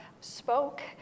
spoke